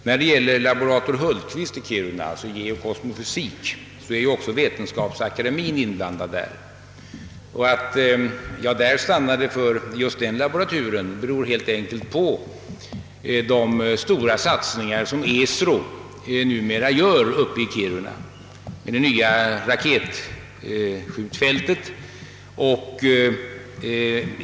När det gäller laborator Hultqvist i Kiruna och hans laboratur i geokosmofysik är också Vetenskapsakademien inblandad. Anledningen till att jag där stannade inför just den laboraturen är helt enkelt de stora satsningar som ESRO gör vid det nya raketskjutfältet uppe i Kiruna.